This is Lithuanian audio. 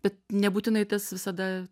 bet nebūtinai tas visada